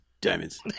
Diamonds